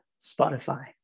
Spotify